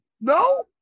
No